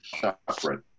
separate